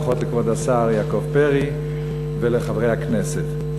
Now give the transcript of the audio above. ברכות לכבוד השר יעקב פרי ולחברי הכנסת,